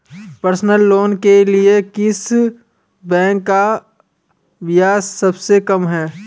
Personal loan के लिए किस बैंक का ब्याज सबसे कम है?